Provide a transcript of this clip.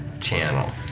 Channel